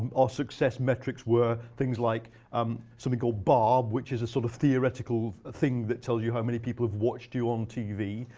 our success metrics were things like um something called barb, which is a sort of theoretical thing that tells you how many people have watched you on tv.